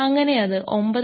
അങ്ങനെ അത് 9